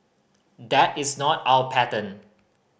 that is not our pattern